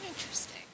Interesting